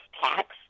tax